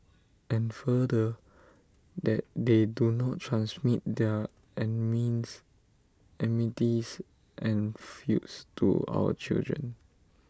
and further that they do not transmit their enmities and feuds to our children